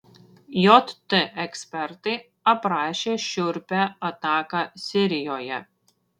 jt ekspertai aprašė šiurpią ataką sirijoje